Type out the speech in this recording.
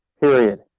period